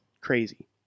crazy